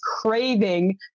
craving